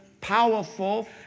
powerful